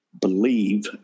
believe